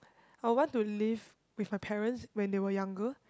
I will want to live with my parents when they were younger